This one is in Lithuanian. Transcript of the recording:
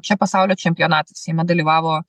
čia pasaulio čempionatas jame dalyvavo